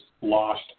lost